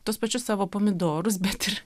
tuos pačius savo pomidorus bet ir